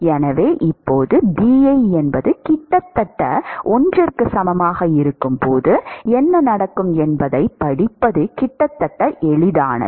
எனவே இப்போது Bi என்பது கிட்டத்தட்ட 1க்கு சமமாக இருக்கும்போது என்ன நடக்கும் என்பதைப் படிப்பது கிட்டத்தட்ட எளிதானது